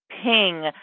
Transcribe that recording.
ping